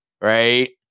right